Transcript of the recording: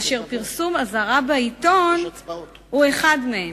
ופרסום אזהרה בעיתון הוא אחד מהם.